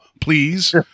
please